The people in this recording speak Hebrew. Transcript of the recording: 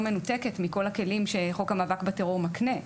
מנותקת מכל הכלים שחוק המאבק בטרור מקנה.